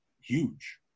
huge